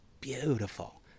beautiful